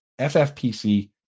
FFPC